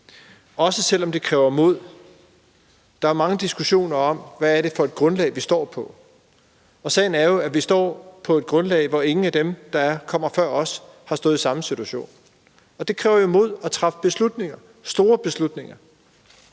har gjort det i enighed. Der er mange diskussioner om, hvad det er for et grundlag, vi står på. Sagen er jo, at vi står på et grundlag, hvor ingen af dem, der kom før os, har stået i samme situation. Og det kræver mod at træffe beslutninger, store beslutninger,